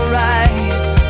rise